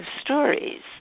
stories